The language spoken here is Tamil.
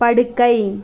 படுக்கை